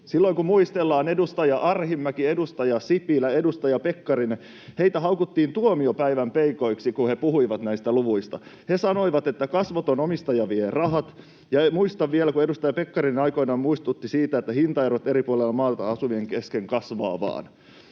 niin edustaja Arhinmäkeä, edustaja Sipilää ja edustaja Pekkarista haukuttiin tuomiopäivän peikoiksi silloin, kun he puhuivat näistä luvuista. He sanoivat, että kasvoton omistaja vie rahat. Ja muistan vielä, kun edustaja Pekkarinen aikoinaan muistutti siitä, että hintaerot eri puolilla maata asuvien kesken kasvavat vain.